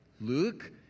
Luke